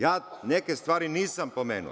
Ja neke stvari nisam pomenuo.